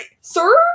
sir